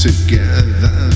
Together